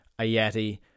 Ayeti